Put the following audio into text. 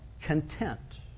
content